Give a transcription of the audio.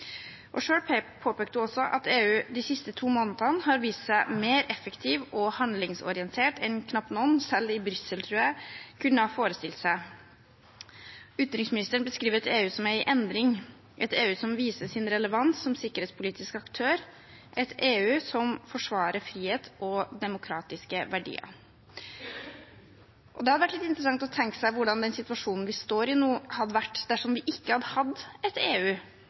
påpekte hun også at EU de siste to månedene har vist seg mer effektiv og handlingsorientert enn knapt noen, selv i Brussel tror jeg, kunne ha forestilt seg. Utenriksministeren beskriver et EU som er i endring, et EU som viser sin relevans som sikkerhetspolitisk aktør, et EU som forsvarer frihet og demokratiske verdier. Det hadde vært interessant å tenke seg hvordan den situasjonen vi står i nå, hadde vært dersom vi ikke hadde hatt et EU,